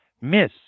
miss